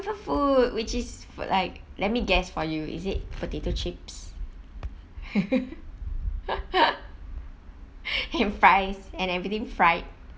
comfort food which is food like let me guess for you is it potato chips french fries and everything fried